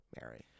Mary